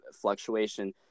fluctuation